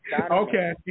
Okay